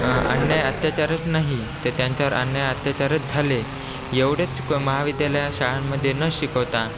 अन्याय अत्याचारच नाही तर त्यांच्यावर अन्याय अत्याचारच झाले एवढेच महाविद्यालय शाळांमध्ये न शिकवता